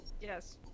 Yes